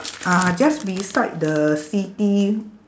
uh just beside the city